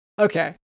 okay